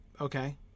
okay